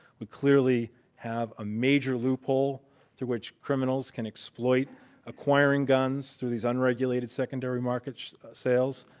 we clearly have a major loophole through which criminals can exploit acquiring guns through these unregulated secondary market sales.